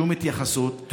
שום התייחסות,